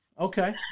Okay